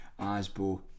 Asbo